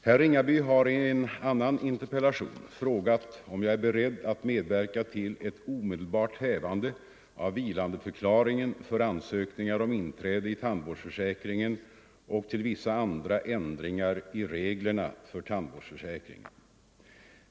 Herr Ringaby har i en annan interpellation frågat om jag är beredd att medverka ill ett omedelbart hävande av vilandeförklaringen för ansökningar om inträde i tandvårdsförsäkringen och till vissa andra ändringar i reglerna för tandvårdsförsäkringen.